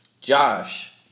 Josh